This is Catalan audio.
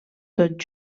tot